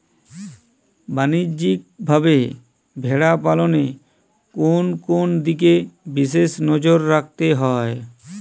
বাণিজ্যিকভাবে ভেড়া পালনে কোন কোন দিকে বিশেষ নজর রাখতে হয়?